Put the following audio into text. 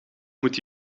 moet